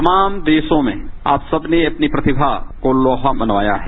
तमाम देखों में आप सबने अपनी प्रतिमा को लोहा मनवाया है